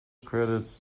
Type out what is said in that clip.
credits